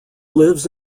lives